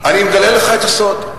אני מגלה לך את הסוד: